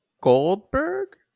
Goldberg